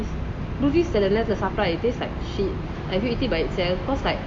blue cheese சில நேரத்துல சாப்பிட:silla nerathula sapta it taste like shit if you eat it by itself cause like